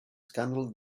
scandal